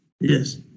Yes